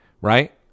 Right